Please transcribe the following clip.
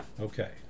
Okay